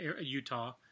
Utah